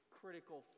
critical